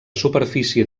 superfície